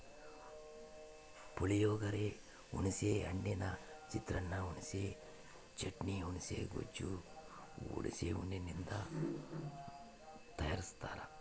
ಪುಳಿಯೋಗರೆ, ಹುಣಿಸೆ ಹಣ್ಣಿನ ಚಿತ್ರಾನ್ನ, ಹುಣಿಸೆ ಚಟ್ನಿ, ಹುಣುಸೆ ಗೊಜ್ಜು ಹುಣಸೆ ಹಣ್ಣಿನಿಂದ ತಯಾರಸ್ತಾರ